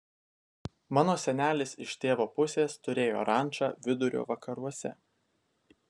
mano senelis iš tėvo pusės turėjo rančą vidurio vakaruose